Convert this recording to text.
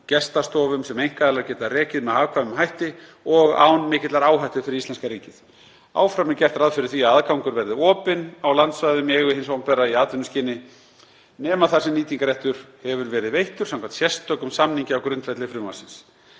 gestastofum sem einkaaðilar geta rekið með hagkvæmum hætti og án mikillar áhættu fyrir íslenska ríkið. Áfram er gert ráð fyrir að aðgangur verði opinn á landsvæðum í eigu hins opinbera í atvinnuskyni nema þar sem nýtingarréttur hefur verið veittur samkvæmt sérstökum samningum á grundvelli frumvarpsins.